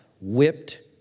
whipped